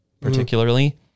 particularly